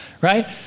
Right